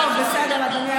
אנחנו השתגענו?